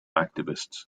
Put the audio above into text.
activists